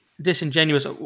disingenuous